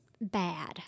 bad